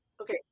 okay